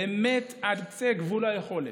באמת עד קצה גבול היכולת.